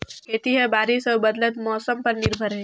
खेती ह बारिश अऊ बदलत मौसम पर निर्भर हे